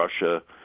Russia